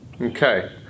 okay